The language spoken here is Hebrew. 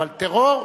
אבל טרור,